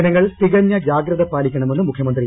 ജനങ്ങൾ തികഞ്ഞ ജാഗ്രത പാലിക്കണമെന്ന് മുഖ്യമന്ത്രി